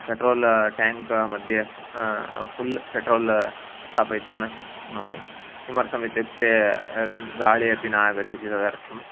petrol टेङ्क्मध्ये full petrol स्थापयितुं न शक्नोमि किमर्थम् इत्युक्ते गाळी अपि न आगच्छति तदर्थम्